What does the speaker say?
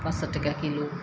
पाँच सए टके किलो